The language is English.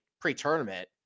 pre-tournament